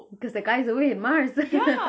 because the guy's away in mars uh hehe